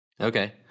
Okay